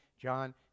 John